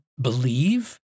believe